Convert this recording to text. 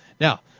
Now